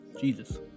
Jesus